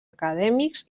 acadèmics